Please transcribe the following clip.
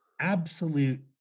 absolute